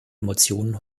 emotionen